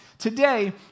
Today